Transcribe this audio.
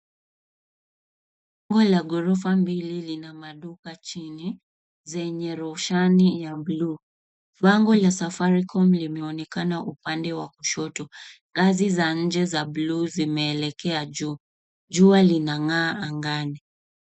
Ua la gorofa mbili lina maduka chini, zenye rushani ya bluu. Bango la Safaricom limeonekana upande wa kushoto, ngazi za nje za bluu zimeelekea juu. Jua linangaa angani.